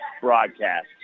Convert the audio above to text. broadcast